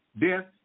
Death